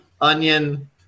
onion